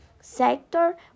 sector